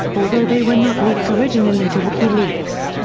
although they were not leaked originally to wikileaks.